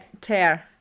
tear